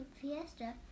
fiesta